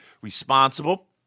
responsible